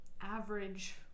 average